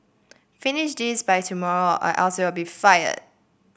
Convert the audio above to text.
finish this by tomorrow or else you'll be fired